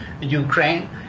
Ukraine